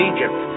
Egypt